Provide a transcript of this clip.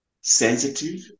sensitive